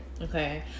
okay